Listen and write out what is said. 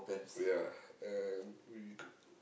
ya and we